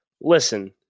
Listen